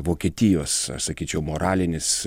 vokietijos sakyčiau moralinis